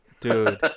dude